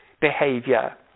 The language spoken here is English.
behavior